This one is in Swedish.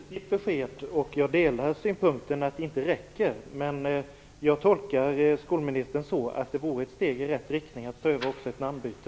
Fru talman! Det var ett positivt besked. Jag delar synpunkten att en namnändring inte räcker, men jag tolkar skolministern så att det vore ett steg i rätt riktning att prova ett namnbyte.